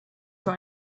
für